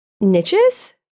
niches